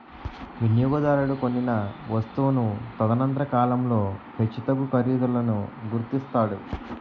వినియోగదారుడు కొనిన వస్తువును తదనంతర కాలంలో హెచ్చుతగ్గు ఖరీదులను గుర్తిస్తాడు